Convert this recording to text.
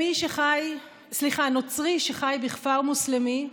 נוצרי שחי בכפר מוסלמי,